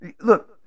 Look